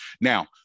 now